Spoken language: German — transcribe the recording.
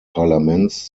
parlaments